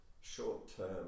short-term